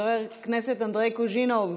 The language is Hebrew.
חבר הכנסת אנדרי קוז'ינוב,